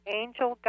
angel